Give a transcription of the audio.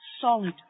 solid